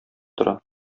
тора